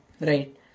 right